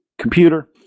computer